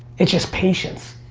it's just patience.